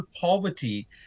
poverty